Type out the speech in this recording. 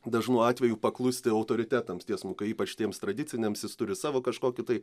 dažnu atveju paklusti autoritetams tiesmukai ypač tiems tradiciniams jis turi savo kažkokį tai